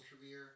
career